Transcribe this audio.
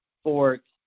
sports